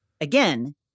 again